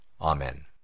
amen